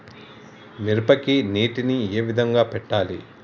మిరపకి నీటిని ఏ విధంగా పెట్టాలి?